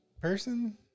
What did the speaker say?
person